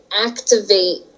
activate